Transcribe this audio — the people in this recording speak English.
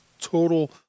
total